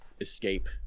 escape